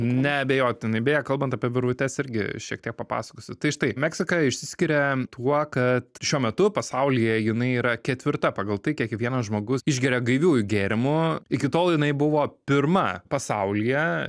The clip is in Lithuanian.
neabejotinai beje kalbant apie virvutes irgi šiek tiek papasakosiu tai štai meksika išsiskiria tuo kad šiuo metu pasaulyje jinai yra ketvirta pagal tai kiek vienas žmogus išgeria gaiviųjų gėrimų iki tol jinai buvo pirma pasaulyje